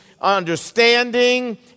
understanding